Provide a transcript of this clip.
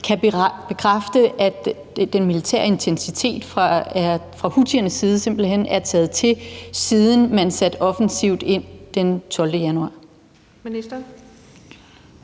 kan bekræfte, at den militære intensitet fra houthiernes side simpelt hen er taget til, siden man satte offensivt ind den 12. januar. Kl.